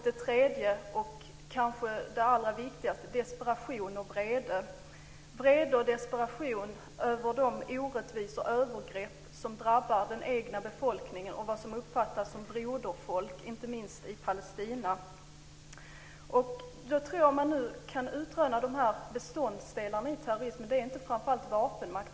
Den tredje och kanske allra viktigaste är desperation och vrede över de orättvisor och övergrepp som drabbar den egna befolkningen och vad som uppfattas som broderfolk inte minst i Palestina. Om vi kan utröna vilka beståndsdelar som finns i terrorismen ser vi att det inte främst handlar om vapenmakt.